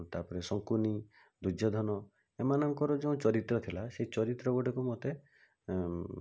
ତା'ପରେ ଶକୁନି ଦୁର୍ଯ୍ୟୋଧନ ଏମାନଙ୍କର ଯୋଉ ଚରିତ୍ର ଥିଲା ସେଇ ଚରିତ୍ର ଗୁଡ଼ିକୁ ମତେ